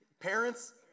Parents